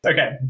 Okay